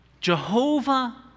Jehovah